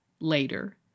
later